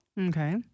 Okay